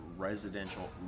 residential